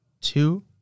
two